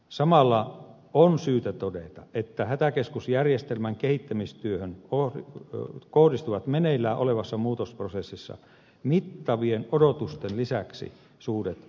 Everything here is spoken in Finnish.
samalla on syytä todeta että hätäkeskusjärjestelmän kehittämistyöhön kohdistuvat meneillään olevassa muutosprosessissa mittavien odotusten lisäksi suuret vaatimukset